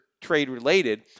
trade-related